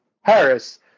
Harris